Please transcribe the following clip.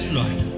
Lord